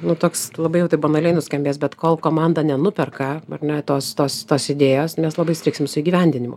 nu toks labai jau tai banaliai nuskambės bet kol komanda nenuperka ar ne tos tos tos idėjos mes labai strigsim su įgyvendinimu